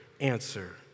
Answer